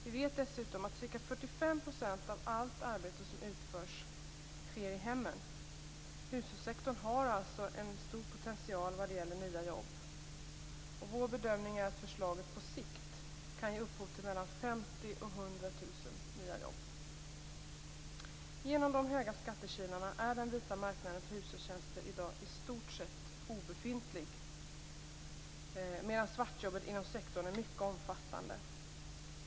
Vi vet dessutom att ca 45 % av allt arbete som utförs sker i hemmen. Hushållssektorn har alltså en stor potential vad gäller nya jobb. Vår bedömning är att förslaget på sikt kan ge upphov till mellan 50 000 och 100 000 Genom de höga skattekilarna är den vita marknaden för hushållstjänster i dag i stort sett obefintlig, medan svartjobben inom sektorn är mycket omfattande.